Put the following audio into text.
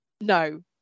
no